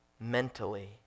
mentally